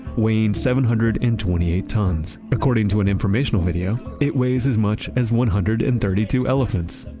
weighing seven hundred and twenty eight tons. according to an informational video it weighs as much as one hundred and thirty two elephants.